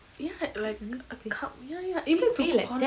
ya like a cup ya ya it looks like a